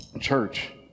Church